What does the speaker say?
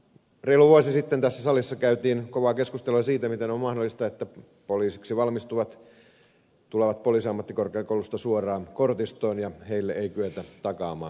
reilu vuosi sitten tässä salissa käytiin kovaa keskustelua siitä miten on mahdollista että poliisiksi valmistuvat tulevat poliisiammattikorkeakoulusta suoraan kortistoon ja heille ei kyetä takaamaan työtä